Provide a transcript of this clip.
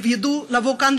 ידעו לבוא כאן,